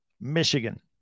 Michigan